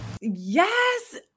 Yes